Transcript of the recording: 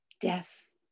death